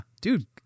Dude